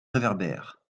réverbère